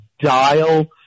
dial